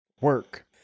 work